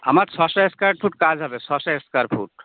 আমার ছশো square foot কাজ হবে ছশো স্কোয়ার ফুট